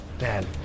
man